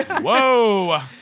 Whoa